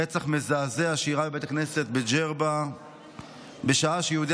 רצח מזעזע שאירע בבית הכנסת בג'רבה בשעה שיהודי